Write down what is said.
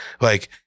like-